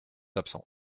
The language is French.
absent